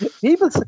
People